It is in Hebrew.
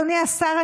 אדוני השר,